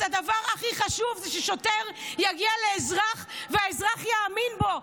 דבר הכי חשוב הוא ששוטר יגיע לאזרח והאזרח יאמין בו.